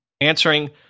answering